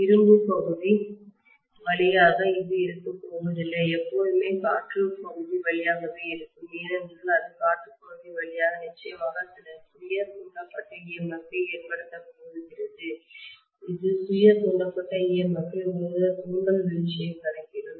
இரும்புப் பகுதி வழியாக அது இருக்கப் போவதில்லை எப்போதுமே காற்றுப் பகுதி வழியாகவே இருக்கும் ஏனென்றால் அது காற்றுப் பாதை வழியாகவே நிச்சயமாக சில சுய தூண்டப்பட்ட EMF ஐ ஏற்படுத்தப் போகிறது இது சுய தூண்டப்பட்ட EMF ஒருவித தூண்டல் வீழ்ச்சியைக் கணக்கிடும்